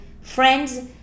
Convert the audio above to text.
friends